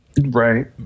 Right